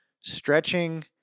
stretching